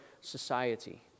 society